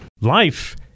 Life